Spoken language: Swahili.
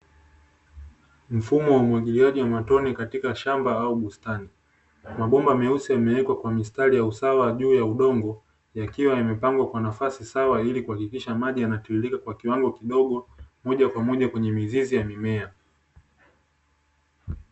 Mfumo wa umwagiliaji wa matonye katika shamba au bustani. Mabomba meusi yamewekwa kwa mistari, usawa juu ya udongo, yakiwa yamepangwa kwa nafasi sawa, ili kuhakikisha maji yana tiririka kwa kiwango kidogo, moja kwa moja kwenye mizizi ya mimea.